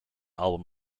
album